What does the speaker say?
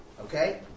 Okay